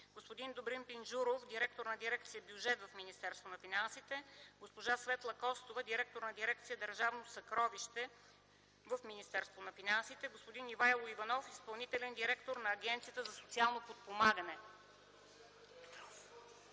господин Добрин Пинджуров – директор на дирекция „Бюджет” в Министерството на финансите, госпожа Светла Костова – директор на дирекция „Държавно съкровище” в Министерство на финансите, господин Ивайло Иванов – изпълнителен директор на Агенцията за социално подпомагане,